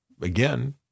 again